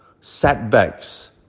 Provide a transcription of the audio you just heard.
setbacks